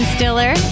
Stiller